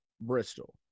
Bristol